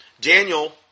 Daniel